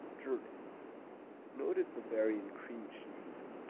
german noted bavarian cream cheese,